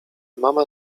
mama